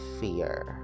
fear